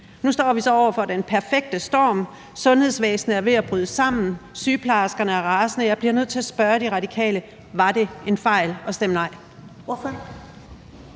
Nu står vi så over for den perfekte storm. Sundhedsvæsenet er ved at bryde sammen, sygeplejerskerne er rasende, så jeg bliver nødt til at spørge De Radikale: Var det en fejl at stemme nej? Kl.